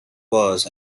was